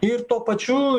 ir tuo pačiu